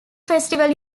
festival